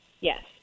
yes